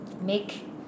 make